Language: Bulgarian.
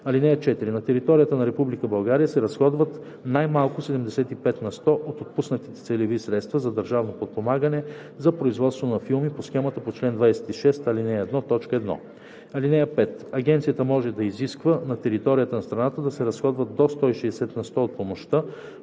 (4) На територията на Република България се разходват най-малко 75 на сто от отпуснатите целеви средства за държавно подпомагане за производство на филми по схема по чл. 26, ал. 1, т. 1. (5) Агенцията може да изисква на територията на страната да се разходват до 160 на сто от помощта,